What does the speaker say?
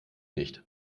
nicht